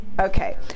okay